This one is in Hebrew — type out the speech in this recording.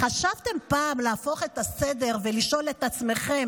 חשבתם פעם להפוך את הסדר ולשאול את עצמכם